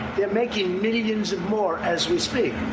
they're making millions of more as we speak.